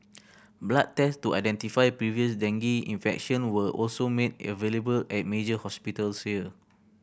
blood test to identify previous dengue infection were also made available at major hospitals here